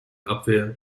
abwehr